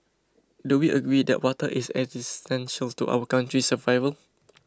do we agree that water is existential to our country's survival